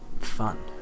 fun